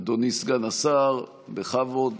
אדוני סגן השרה, בכבוד.